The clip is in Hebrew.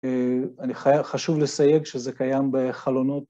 אני חשוב לסייג שזה קיים בחלונות.